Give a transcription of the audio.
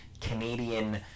Canadian